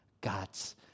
God's